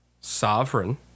Sovereign